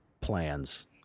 plans